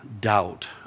doubt